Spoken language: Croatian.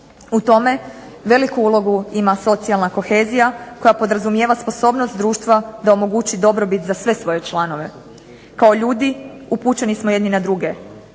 U tome veliku ulogu ima socijalna kohezija koja podrazumijeva sposobnost društva da omogući dobrobit za sve svoje članove. Kao ljudi upućeni smo jedni na druge.